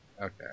Okay